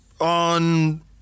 on